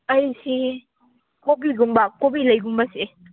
ꯑꯩꯁꯤ ꯀꯣꯕꯤꯒꯨꯝꯕ ꯀꯣꯕꯤꯂꯩꯒꯨꯝꯕꯁꯦ